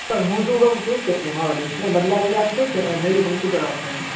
પણ હું શું કહું છું કે એ મારો ડીસ્પ્લે બદલાવી આપશે કે નવું કમ્પ્યુટર આપશે એમ